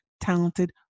talented